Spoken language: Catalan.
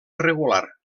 regular